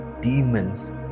demons